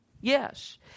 Yes